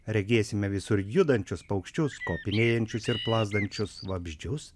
regėsime visur judančius paukščius kopinėjančius ir plazdančius vabzdžius